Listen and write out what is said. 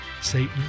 Satan